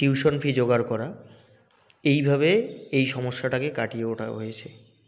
tuition fee জোগাড় করা এইভাবে এই সমস্যাটাকে কাটিয়ে ওটা হয়েছে